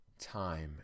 time